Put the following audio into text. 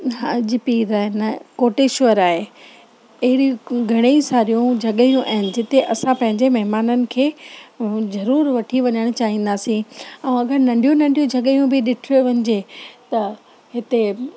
हाजी पीर आहे न कोटेश्वर आहे अहिड़ियूं घणे ई सारियूं जॻहियूं आहिनि जिते असां पंहिंजे महिमाननि खे व ज़रूरु वठी वञणु चाहींदासीं ऐं अगरि नंढियूं नंढियूं जॻहियूं बि ॾिठियूं वञिजे त हिते